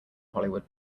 hollywood